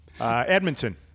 Edmonton